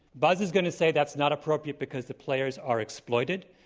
buzz is going to say, that's not appropriate because the players are exploited,